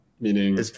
meaning